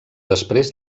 després